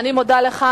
אני מודה לך.